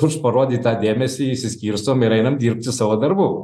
už parodytą dėmesį išsiskirstom ir einam dirbti savo darbų